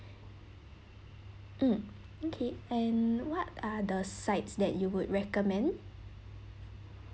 mm okay and what are the sides that you would recommend